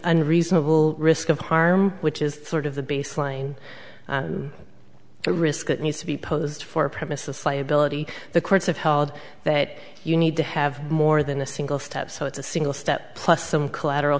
unreasonable risk of harm which is sort of the baseline risk that needs to be posed for a premises liability the courts have held that you need to have more than a single step so it's a single step plus some collateral